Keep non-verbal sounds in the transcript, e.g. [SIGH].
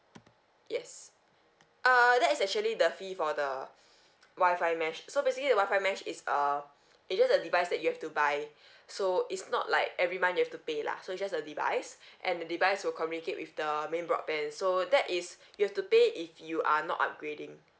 yes err that's actually the fee for the Wi-Fi mesh so basically the Wi-Fi mesh is a it's just a device that you have to buy [BREATH] so it's not like every month you have to pay lah so it's just a device [BREATH] and the device will communicate with the main broadband so that is you have to pay if you are not upgrading